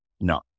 No